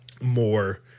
more